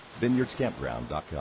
VineyardsCampground.com